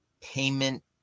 payment